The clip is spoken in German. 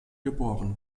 geb